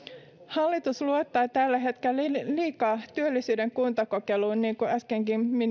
hallitus luottaa tällä hetkellä liikaa liikaa työllisyyden kuntakokeiluun niin kuin äskenkin